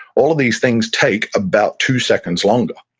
all of these things take about two seconds longer,